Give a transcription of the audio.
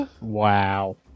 wow